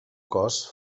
cos